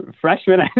freshman